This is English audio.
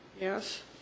Yes